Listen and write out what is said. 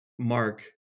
mark